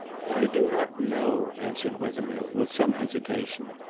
i do not know, answered wethermill, with some hesitation,